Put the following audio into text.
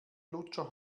lutscher